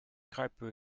kruipen